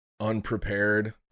unprepared